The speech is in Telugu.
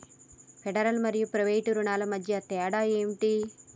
ఫెడరల్ మరియు ప్రైవేట్ రుణాల మధ్య తేడా ఏమిటి?